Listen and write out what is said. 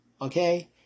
okay